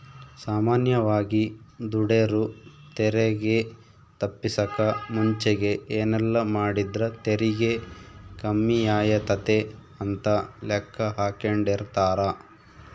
ಸಾಮಾನ್ಯವಾಗಿ ದುಡೆರು ತೆರಿಗೆ ತಪ್ಪಿಸಕ ಮುಂಚೆಗೆ ಏನೆಲ್ಲಾಮಾಡಿದ್ರ ತೆರಿಗೆ ಕಮ್ಮಿಯಾತತೆ ಅಂತ ಲೆಕ್ಕಾಹಾಕೆಂಡಿರ್ತಾರ